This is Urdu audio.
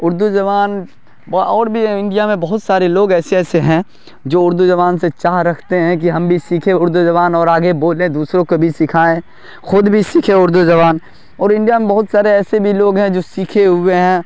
اردو زبان وہ اور بھی ہیں انڈیا میں بہت سارے لوگ ایسے ایسے ہیں جو اردو زبان سے چاہ رکھتے ہیں کہ ہم بھی سیکھیں اردو زبان اور آگے بولیں دوسروں کو بھی سکھائیں خود بھی سیکھے اردو زبان اور انڈیا میں بہت سارے ایسے بھی لوگ ہیں جو سیکھے ہوئے ہیں